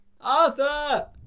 Arthur